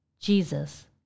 Jesus